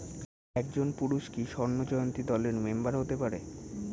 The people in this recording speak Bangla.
একজন পুরুষ কি স্বর্ণ জয়ন্তী দলের মেম্বার হতে পারে?